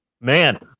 Man